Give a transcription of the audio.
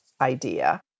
idea